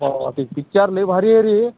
हा ते पिच्चर लय भारी आहे रे